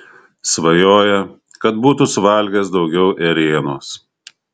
svajoja kad būtų suvalgęs daugiau ėrienos